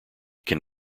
can